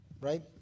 Right